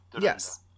yes